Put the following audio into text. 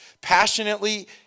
Passionately